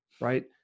right